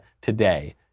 today